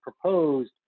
proposed